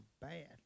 bad